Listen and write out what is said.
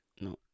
No